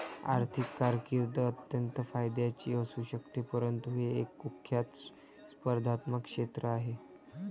आर्थिक कारकीर्द अत्यंत फायद्याची असू शकते परंतु हे एक कुख्यात स्पर्धात्मक क्षेत्र आहे